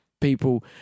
people